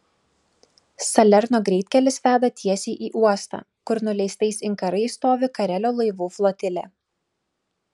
salerno greitkelis veda tiesiai į uostą kur nuleistais inkarais stovi karelio laivų flotilė